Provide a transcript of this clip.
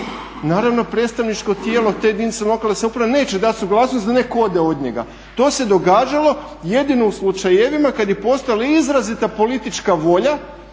naravno predstavničko tijelo te jedinice lokalne samouprave neće dati suglasnost da netko ode od njega. To se događalo jedino u slučajevima kad je postojala izrazita politička volja